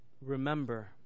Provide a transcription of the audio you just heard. remember